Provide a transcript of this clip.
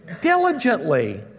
diligently